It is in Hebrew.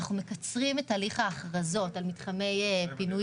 אנחנו מקצרים את הליך ההכרזות על מתחמי פינוי